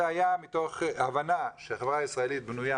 זה היה מתוך הבנה שהחברה הישראלית בנויה